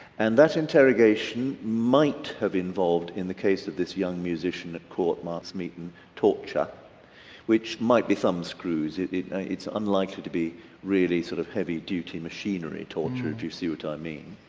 and that interrogation might have involved in the case of this young musician at court mark smeaton torture which might be some screws. it's unlikely to be really sort of heavy-duty machinery torture, do you see what i mean,